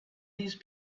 these